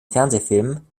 fernsehfilmen